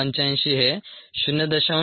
85 हे 0